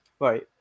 right